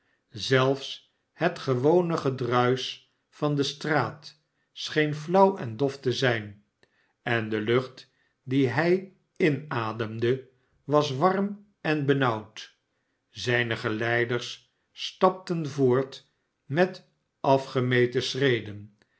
zelfs het gewone gedruisch van de straat scheen flauw en dof te zijn en de lucht die hij inademde was warm en benauwd zijne geleiders stapten voort met afgemeten schreden